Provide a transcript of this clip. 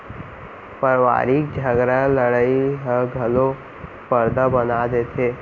परवारिक झगरा लड़ई ह घलौ परदा बना देथे